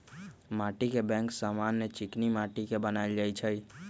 माटीके बैंक समान्य चीकनि माटि के बनायल जाइ छइ